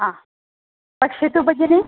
हा पश्यतु भगिनि